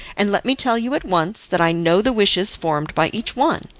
and let me tell you at once, that i know the wishes formed by each one.